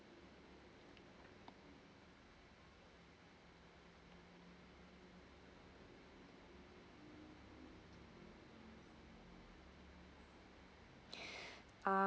um